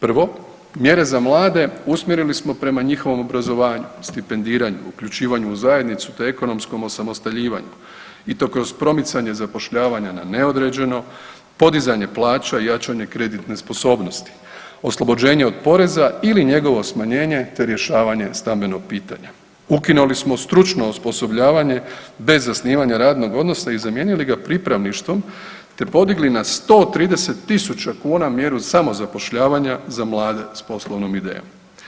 Prvo, mjere za mlade usmjerili smo prema njihovom obrazovanju, stipendiranju, uključivanju u zajednicu, te ekonomskom osamostaljivanju i to kroz promicanje zapošljavanja na neodređeno, podizanje plaća i jačanje kreditne sposobnosti, oslobođenje od poreza ili njegovo smanjenje, te rješavanje stambenog pitanja, ukinuli smo stručno osposobljavanje bez zasnivanja radnog odnosa i zamijenili ga pripravništvom, te podigli na 130.000 kuna mjeru samozapošljavanja za mlade s poslovnom idejom.